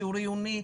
שיעור עיוני,